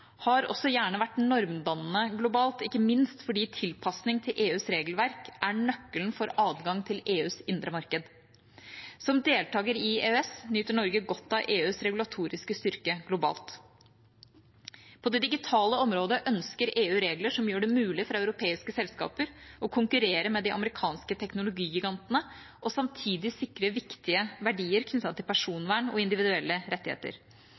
har også gjerne vært normdannende globalt, ikke minst fordi tilpasning til EUs regelverk er nøkkelen for adgang til EUs indre marked. Som deltaker i EØS nyter Norge godt av EUs regulatoriske styrke globalt. På det digitale området ønsker EU regler som gjør det mulig for europeiske selskaper å konkurrere med de amerikanske teknologigigantene og samtidig sikre viktige verdier knyttet til personvern og individuelle rettigheter.